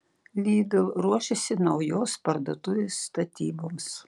lidl ruošiasi naujos parduotuvės statyboms